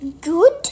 Good